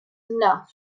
enough